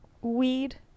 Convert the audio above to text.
weed